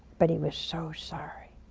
but he was so sorry.